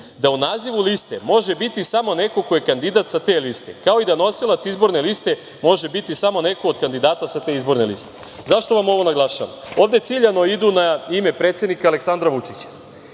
da u nazivu liste može biti samo neko ko je kandidat sa te liste, kao i da nosilac izborne liste može biti samo neko od kandidata sa te izborne liste.Zašto vam ovo naglašavam? Ovde ciljano idu na ime predsednika Aleksandra Vučića.